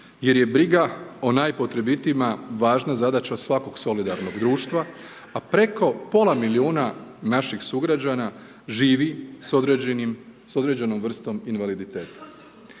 jer je briga o najpotrebitijima važna zadaća svakog solidarnog društva, a preko pola milijuna naših sugrađana živi s određenom vrstom invaliditeta.